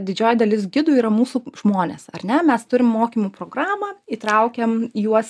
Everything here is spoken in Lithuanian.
didžioji dalis gidų yra mūsų žmonės ar ne mes turim mokymų programą įtraukiam juos